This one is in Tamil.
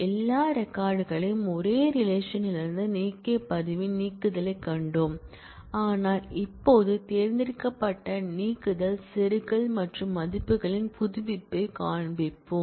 எல்லா ரெக்கார்ட் களையும் ஒரு ரிலேஷன் லிருந்து நீக்கிய பதிவின் நீக்குதலைக் கண்டோம் ஆனால் இப்போது தேர்ந்தெடுக்கப்பட்ட நீக்குதல் செருகல் மற்றும் மதிப்புகளின் புதுப்பிப்பைக் காண்போம்